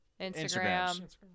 Instagram